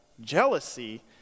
Jealousy